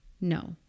No